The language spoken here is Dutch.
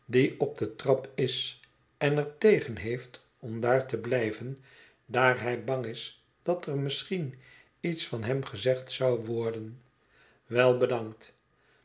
op de trap is en er tegen heeft om daar te blijven daar hij bang is dat er misschien iets van hem gezegd zou worden wel bedankt